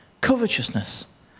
covetousness